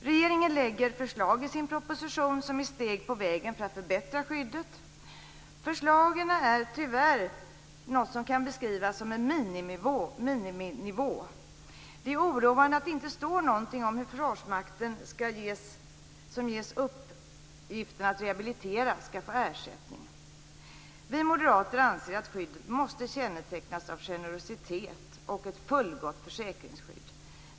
Regeringen lägger fram förslag i sin proposition som är steg på vägen för att förbättra skyddet. Förslagen innebär tyvärr att man hamnar på någonting som kan beskrivas som en miniminivå. Det är oroande att det inte står någonting om hur Försvarsmakten, som ges uppgiften att rehabilitera, skall få ersättning. Vi moderater anser att förslaget måste kännetecknas av generositet och innebära ett fullgott försäkringsskydd.